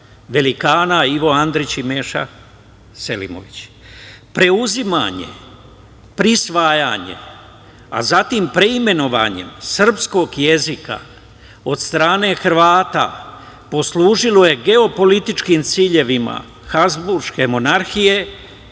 velikana Ivo Andrić i Meša Selimović. Preuzimanjem, prisvajanjem, a zatim preimenovanjem srpskog jezika, od strane Hrvata, poslužilo je geopolitičkim ciljevima, Habzburške monarhije